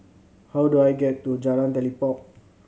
how do I get to Jalan Telipok